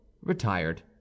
retired